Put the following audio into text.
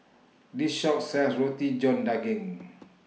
This Shop sells Roti John Daging